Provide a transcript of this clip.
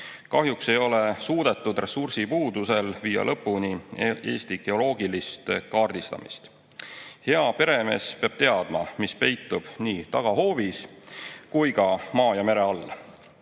Kahjuks ei ole ressursipuudusel suudetud viia lõpuni Eesti geoloogilist kaardistamist. Hea peremees peab teadma, mis peitub nii tagahoovis kui ka maa ja mere all.